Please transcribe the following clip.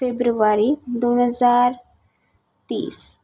February दोन हजार तीस